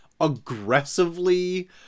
aggressively